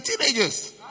teenagers